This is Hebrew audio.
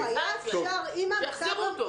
שיחזירו אותו.